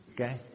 Okay